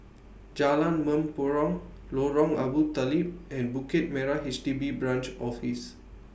Jalan Mempurong Lorong Abu Talib and Bukit Merah H D B Branch Office